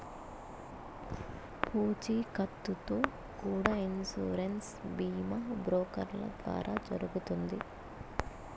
పూచీకత్తుతో కూడా ఇన్సూరెన్స్ బీమా బ్రోకర్ల ద్వారా జరుగుతుంది